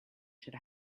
should